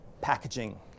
Packaging